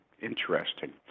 Interesting